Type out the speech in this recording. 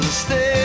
stay